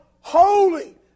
holy